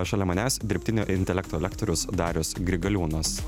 šalia manęs dirbtinio intelekto lektorius darius grigaliūnas